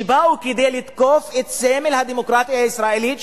שבאו כדי לתקוף את סמל הדמוקרטיה הישראלית,